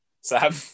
Sam